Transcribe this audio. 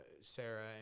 Sarah